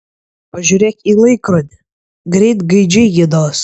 pažiūrėk į laikrodį greit gaidžiai giedos